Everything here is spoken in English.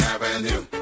Avenue